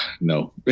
No